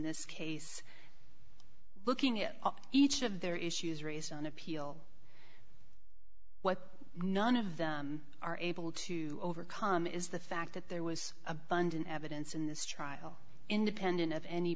this case looking it up each of their issues raised on appeal what none of them are able to overcome is the fact that there was abundant evidence in this trial independent of any